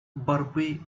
борьбы